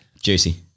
Juicy